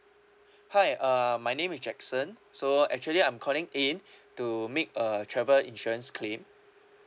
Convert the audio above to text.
hi uh my name is jackson so actually I'm calling in to make a travel insurance claim